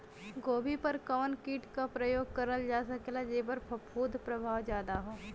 गोभी पर कवन कीट क प्रयोग करल जा सकेला जेपर फूंफद प्रभाव ज्यादा हो?